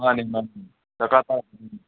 ꯃꯥꯅꯤ ꯃꯥꯅꯤ ꯗꯔꯀꯥꯔ ꯇꯥꯏ